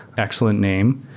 excellent name.